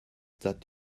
dat